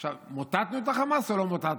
עכשיו, מוטטנו את החמאס או לא מוטטנו?